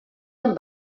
amb